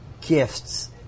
gifts